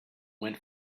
went